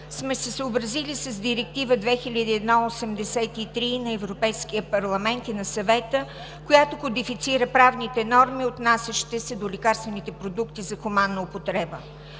сме се съобразили с Директива 2001/83 на Европейския парламент и на Съвета, която кодифицира правните норми, отнасящи се до лекарствените продукти за хуманна употреба.